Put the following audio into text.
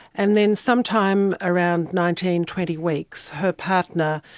and then some time around nineteen, twenty weeks, her partner,